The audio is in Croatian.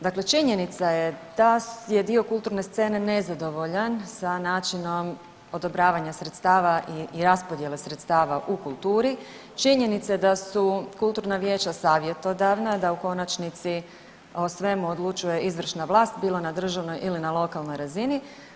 Dakle, činjenica da je dio kulturne scene nezadovoljan sa načinom odobravanja sredstava i raspodjele sredstava u kulturi, činjenica je da su kulturna vijeća savjetodavna da u konačnici o svemu odlučuje izvršna vlast, bilo na državnoj ili na lokalnoj razini.